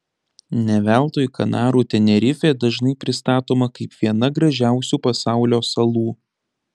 ne veltui kanarų tenerifė dažnai pristatoma kaip viena gražiausių pasaulio salų